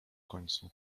końcu